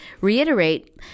reiterate